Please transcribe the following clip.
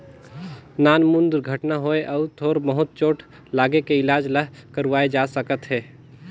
नानमुन दुरघटना होए अउ थोर बहुत चोट लागे के इलाज ल करवाए जा सकत हे